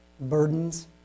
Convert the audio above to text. burdens